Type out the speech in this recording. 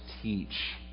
teach